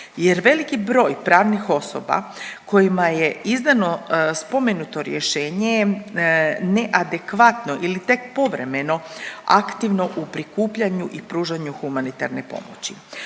Jer veliki broj pravnih osoba kojima je izdano spomenuto rješenje neadekvatno ili tek povremeno aktivno u prikupljanju i pružanju humanitarne pomoći